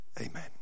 Amen